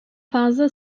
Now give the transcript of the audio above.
fazla